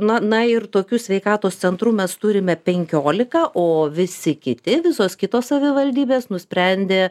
na na ir tokių sveikatos centrų mes turime penkiolika o visi kiti visos kitos savivaldybės nusprendė